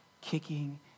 Kicking